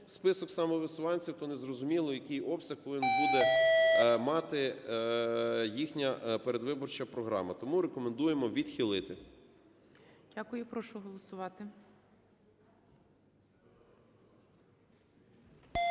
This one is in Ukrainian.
список самовисуванців, то не зрозуміло, який обсяг повинна буде мати їхня передвиборча програма, тому рекомендуємо відхилити. ГОЛОВУЮЧИЙ. Дякую. Прошу голосувати.